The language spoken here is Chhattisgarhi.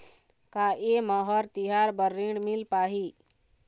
का ये म हर तिहार बर ऋण मिल पाही?